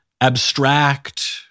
abstract